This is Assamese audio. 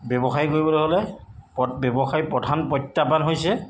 ব্যৱসায় কৰিবলৈ হ'লে ব্যৱসায়ী প্ৰধান প্ৰত্যাহ্বান হৈছে